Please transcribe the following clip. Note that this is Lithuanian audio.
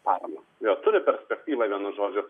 paramą jo turi perspektyvą vienu žodžiu